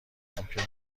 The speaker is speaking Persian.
ممکن